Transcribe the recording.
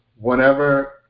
whenever